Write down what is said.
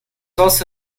also